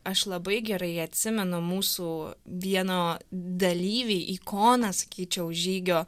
aš labai gerai atsimenu mūsų vieno dalyvį sakyčiau žygio